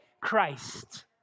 Christ